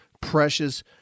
precious